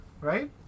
right